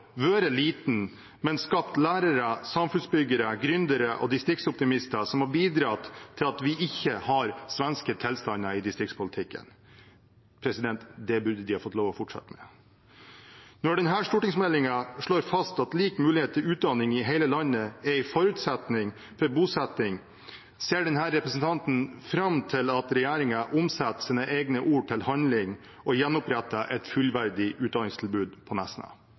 liten, men skapt lærere, samfunnsbyggere, gründere og distriktsoptimister som har bidratt til at vi ikke har svenske tilstander i distriktspolitikken. Det burde de ha fått lov å fortsette med. Når denne stortingsmeldingen slår fast at like muligheter til utdanning i hele landet er en forutsetning for bosetting, ser denne representanten fram til at regjeringen omsetter sine egne ord til handling og gjenoppretter et fullverdig utdanningstilbud på